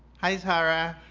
hi, tara.